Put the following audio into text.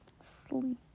Sleep